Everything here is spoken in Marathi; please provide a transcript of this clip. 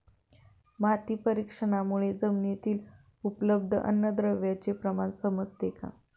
माती परीक्षणामुळे जमिनीतील उपलब्ध अन्नद्रव्यांचे प्रमाण समजते का?